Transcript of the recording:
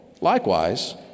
Likewise